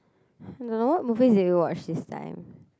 no movies did you watch this time